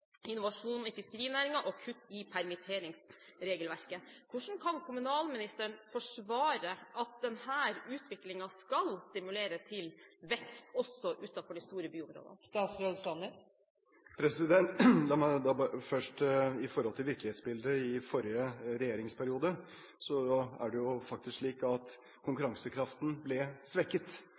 innovasjon i fiskerinæringen og permitteringsregelverket. Hvordan kan kommunalministeren forsvare at denne utviklingen skal stimulere til vekst også utenfor de store byområdene? La meg da bare først si at når det gjelder virkelighetsbildet av forrige regjeringsperiode, er det faktisk slik at konkurransekraften ble svekket.